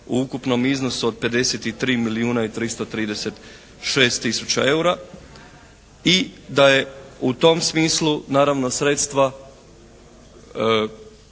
u ukupnom iznosu od 53 milijuna i 336 tisuća eura i da je u tom smislu naravno sredstva